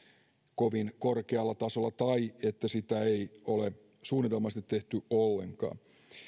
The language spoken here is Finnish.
kovin korkealla tasolla tai sitä ei ole suunnitelmallisesti tehty ollenkaan